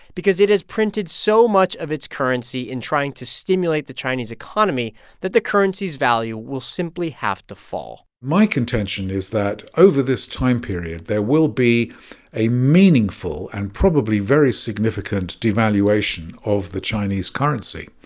because it has printed so much of its currency in trying to stimulate the chinese economy that the currency's value will simply have to fall my contention is that, over this time period, there will be a meaningful and probably very significant devaluation of the chinese currency.